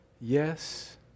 Yes